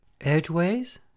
Edgeways